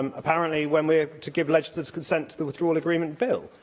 um apparently, when we're to give legislative consent to the withdrawal agreement bill,